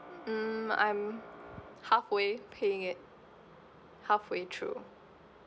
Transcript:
um I'm halfway paying it halfway through